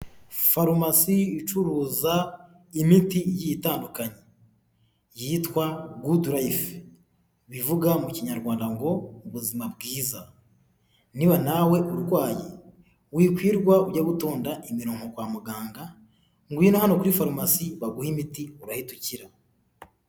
Farumasi icuruza imiti itandukanye yitwa gudurife, bivuga mu kinyarwanda ngo ubuzima bwiza, niba nawe urwaye wikwirirwa ujya gutonda imirongo kwa muganga, ngwino hano kuri farumasi baguhe imiti urahita ukira.